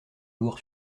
lourd